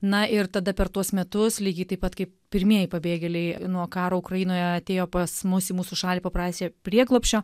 na ir tada per tuos metus lygiai taip pat kaip pirmieji pabėgėliai nuo karo ukrainoje atėjo pas mus į mūsų šalį paprašė prieglobsčio